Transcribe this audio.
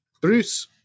Bruce